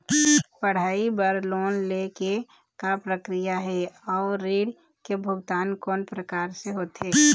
पढ़ई बर लोन ले के का प्रक्रिया हे, अउ ऋण के भुगतान कोन प्रकार से होथे?